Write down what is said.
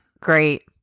great